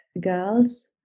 girls